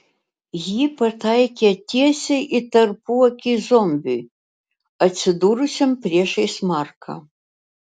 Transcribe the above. ji pataikė tiesiai į tarpuakį zombiui atsidūrusiam priešais marką